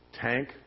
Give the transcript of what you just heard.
Tank